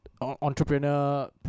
entrepreneur